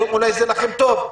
היום לכם זה טוב,